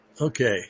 okay